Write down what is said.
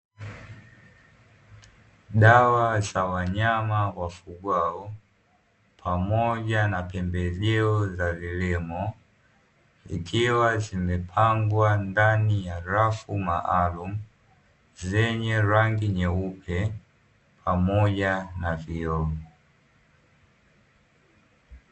Dawa za wanyama wafugwao, pamoja na pembejeo za kilimo, Ikiwa zimepangwa ndani rafu maalumu, zenye rangi nyeupe pamoja na vioo.